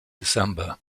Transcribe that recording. december